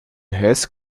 huis